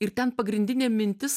ir ten pagrindinė mintis